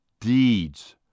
Deeds